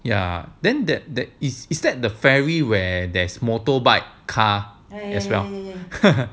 ya then that that is is that the ferry where there's motorbike car as well